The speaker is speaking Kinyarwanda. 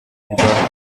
bwa